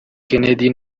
kennedy